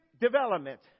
development